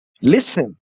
Listen